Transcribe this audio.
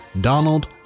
Donald